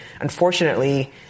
unfortunately